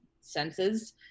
senses